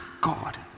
God